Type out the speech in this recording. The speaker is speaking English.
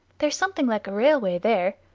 there's something like a railway there.